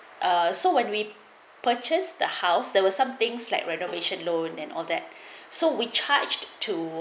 uh so when we purchased the house there were some things like renovation loan and all that so we charged to